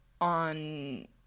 on